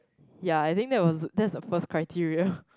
yeah I think that was that's the first criteria